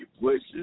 pushes